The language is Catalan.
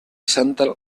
santa